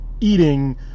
eating